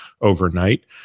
overnight